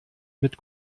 mit